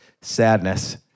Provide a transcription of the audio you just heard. sadness